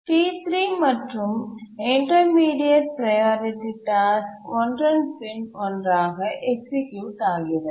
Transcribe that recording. T3 மற்றும் intermediate priority task ஒன்றன் பின் ஒன்றாக எக்சிக்யூட் ஆகிறது